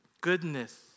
Goodness